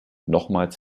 nochmals